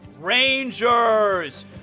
Rangers